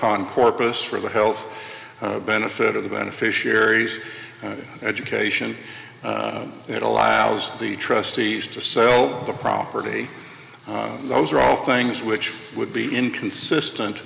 upon corpus for the health benefit of the beneficiaries and education that allows the trustees to sell the property those are all things which would be inconsistent